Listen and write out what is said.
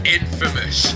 infamous